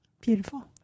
Beautiful